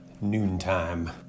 noontime